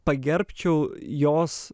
pagerbčiau jos